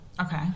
Okay